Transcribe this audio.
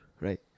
right